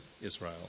Israel